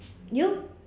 you